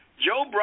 Joe